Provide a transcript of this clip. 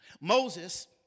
Moses